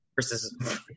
versus